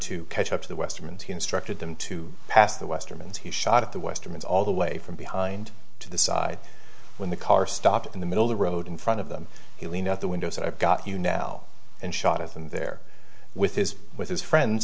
to catch up to the western to instructed them to pass the western means he shot at the western is all the way from behind to the side when the car stopped in the middle of the road in front of them he leaned out the window said i've got you now and shot at them there with his with his friends